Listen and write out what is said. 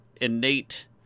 Innate